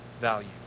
value